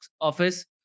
office